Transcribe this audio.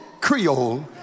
Creole